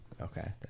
Okay